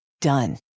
Done